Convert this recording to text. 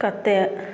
कतेक